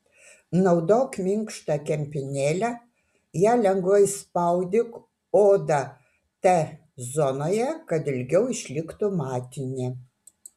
naudok minkštą kempinėlę ja lengvai spaudyk odą t zonoje kad ilgiau išliktų matinė